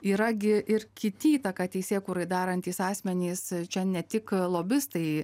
yra gi ir kiti įtaką teisėkūrai darantys asmenys čia ne tik lobistai